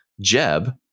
Jeb